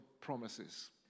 promises